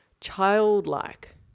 childlike